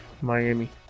Miami